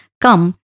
come